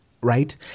Right